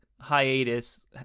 hiatus